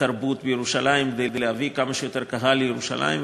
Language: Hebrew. תרבות בירושלים כדי להביא כמה שיותר קהל לירושלים.